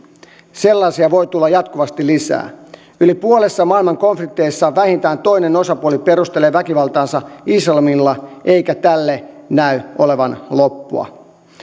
sellaisia voi tulla jatkuvasti lisää yli puolessa maailman konflikteissa vähintään toinen osapuoli perustelee väkivaltaansa islamilla eikä tälle näy olevan loppua